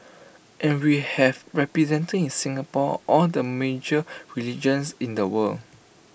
and we have represented in Singapore all the major religions in the world